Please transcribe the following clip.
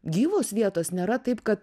gyvos vietos nėra taip kad